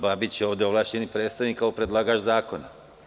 Babić je ovde ovlašćeni predstavnik kao predlagač zakona.